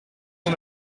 mon